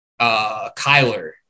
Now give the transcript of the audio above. Kyler